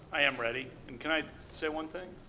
i am ready. and can i say one thing.